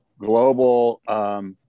global